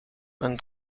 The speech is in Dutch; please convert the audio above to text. een